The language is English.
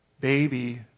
baby